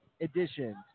editions